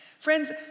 Friends